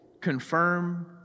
confirm